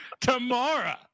tomorrow